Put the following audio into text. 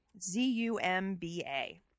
Z-U-M-B-A